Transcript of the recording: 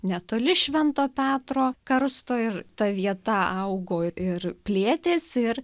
netoli švento petro karsto ir ta vieta augo ir plėtėsi ir